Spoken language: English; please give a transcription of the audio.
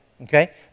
Okay